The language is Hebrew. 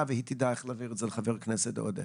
והיא תדע איך להעביר את זה לחבר הכנסת עודה.